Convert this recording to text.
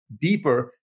deeper